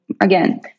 again